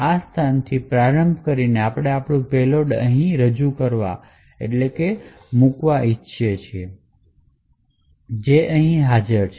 આ સ્થાનથી પ્રારંભ કરીને આપણે આપણું પેલોડ અહીં રજૂ કરવા ઇચ્છીયે છીએ જે હાજર છે